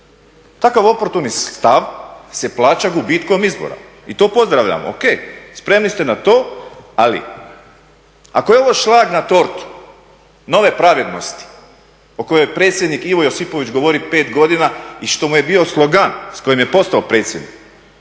Takav oportuni stav se plaća gubitkom izbora i to pozdravljam. O.k. Spremni ste na to, ali ako je ovo šlag na tortu nove pravednosti o kojoj predsjednik Ivo Josipović govori 5 godina i što mu je bio slogan s kojim je postao predsjednik,